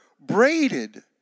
braided